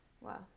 Wow